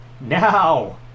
Now